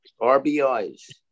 RBI's